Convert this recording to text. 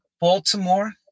Baltimore